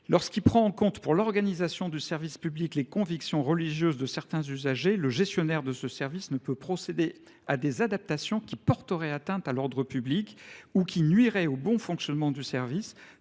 Lorsqu’il prend en compte pour l’organisation du service public les convictions religieuses de certains usagers, le gestionnaire de ce service ne peut procéder à des adaptations qui porteraient atteinte à l’ordre public ou qui nuiraient au bon fonctionnement du service,